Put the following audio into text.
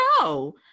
no